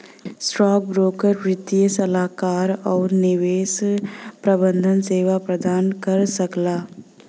stockbroker वित्तीय सलाहकार आउर निवेश प्रबंधन सेवा प्रदान कर सकला